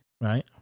Right